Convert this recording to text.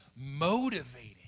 motivating